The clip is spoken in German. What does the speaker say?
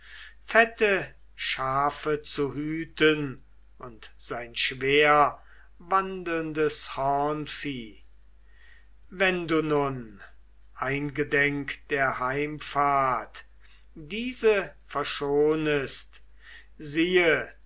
fette schafe zu hüten und sein schwerwandelndes hornvieh wenn du nun eingedenk der heimfahrt diese verschonest siehe